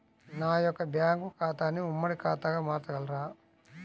నా యొక్క బ్యాంకు ఖాతాని ఉమ్మడి ఖాతాగా మార్చగలరా?